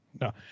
No